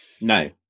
No